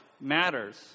matters